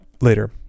later